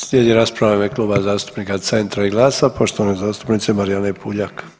Slijedi rasprava u ime Kluba zastupnika Centra i GLAS-a poštovane zastupnice Marijane Puljak.